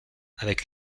avec